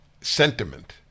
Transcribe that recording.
sentiment